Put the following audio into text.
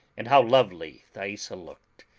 and how lovely thaisa looked,